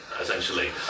essentially